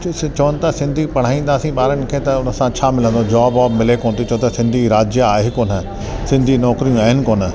असां चवनि था सिंधी पढ़ाईंदासीं ॿारनि खे त उन सां छा मिलंदो आहे जॉब वॉब मिले कोन्ह थी छो त सिंधी राज्य आहे कोन्ह सिंधी नौकिरियूं आहे कोन्ह